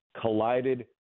collided